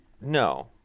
No